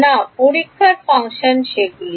না পরীক্ষার ফাংশনগুলি সেগুলি